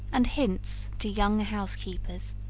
and hints to young housekeepers.